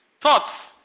thoughts